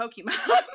Pokemon